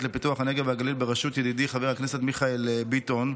לפיתוח הנגב והגליל בראשות ידידי חבר הכנסת מיכאל ביטון.